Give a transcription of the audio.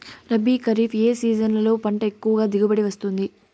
రబీ, ఖరీఫ్ ఏ సీజన్లలో పంట ఎక్కువగా దిగుబడి వస్తుంది